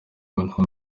nka